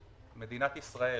מדינת ישראל